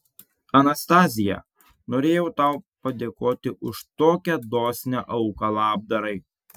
anastazija norėjau tau padėkoti už tokią dosnią auką labdarai